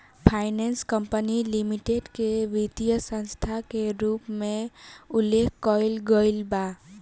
finance company limited के वित्तीय संस्था के रूप में उल्लेख कईल गईल बा